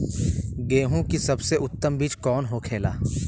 गेहूँ की सबसे उत्तम बीज कौन होखेला?